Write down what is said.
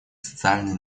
социальной